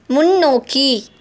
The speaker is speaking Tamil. முன்னோக்கி